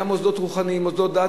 גם מוסדות רוחניים ומוסדות דת,